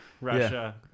Russia